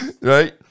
right